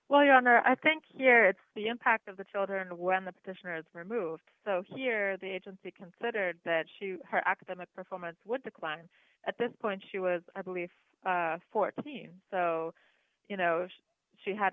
you know no i think yeah it's the impact of the children when the petitioners moved so here the agency considered that she her academic performance would decline at this point she was i believe fourteen so you know she had